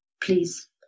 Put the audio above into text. please